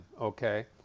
okay